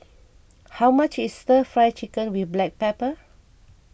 how much is Stir Fry Chicken with Black Pepper